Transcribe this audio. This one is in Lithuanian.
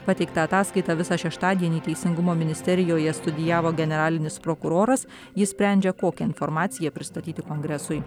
pateiktą ataskaitą visą šeštadienį teisingumo ministerijoje studijavo generalinis prokuroras jis sprendžia kokią informaciją pristatyti kongresui